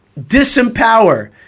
disempower